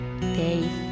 faith